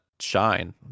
shine